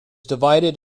divided